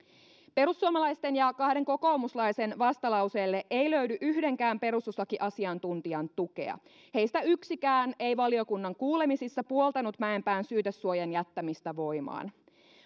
perussuomalaisten ja kahden kokoomuslaisen vastalauseelle ei löydy yhdenkään perustuslakiasiantuntijan tukea heistä yksikään ei valiokunnan kuulemisissa puoltanut mäenpään syytesuojan jättämistä voimaan